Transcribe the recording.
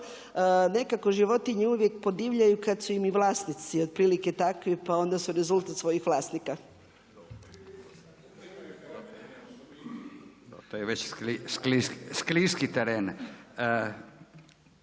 nekako životinje uvijek podivljaju kada su im i vlasnici otprilike takvih pa onda su rezultat svojih vlasnika. **Radin, Furio